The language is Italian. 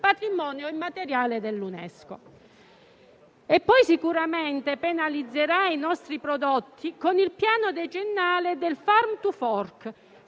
patrimonio immateriale dell'UNESCO. E poi sicuramente penalizzerà i nostri prodotti con il piano decennale del Farm to fork,